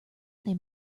they